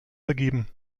vergeben